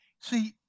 See